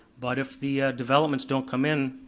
but if the developments don't come in,